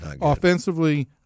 offensively